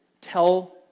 tell